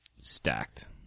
stacked